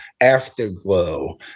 afterglow